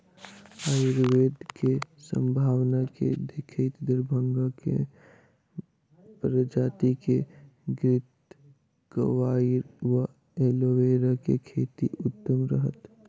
आयुर्वेद केँ सम्भावना केँ देखैत दरभंगा मे केँ प्रजाति केँ घृतक्वाइर वा एलोवेरा केँ खेती उत्तम रहत?